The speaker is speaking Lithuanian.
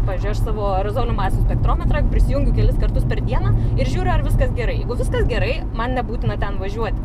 pavyzdžiui aš savo aerozolių masių spektrometrą prisijungiu kelis kartus per dieną ir žiūriu ar viskas gerai jeigu viskas gerai man nebūtina ten važiuoti